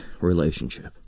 relationship